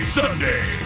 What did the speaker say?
sunday